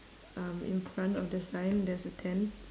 um in front of the sign there's a tent